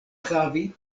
havi